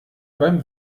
beim